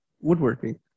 woodworking